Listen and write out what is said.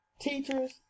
teachers